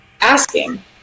asking